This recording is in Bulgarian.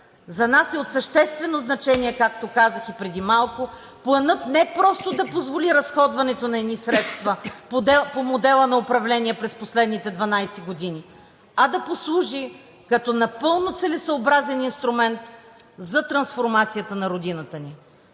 За нас е от съществено значение, както казах и преди малко, Планът не просто да позволи разходването на едни средства по модела на управление през последните 12 години, а да послужи като напълно целесъобразен инструмент за трансформацията на родината ни.